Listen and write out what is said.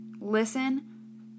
Listen